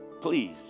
please